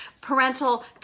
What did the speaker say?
parental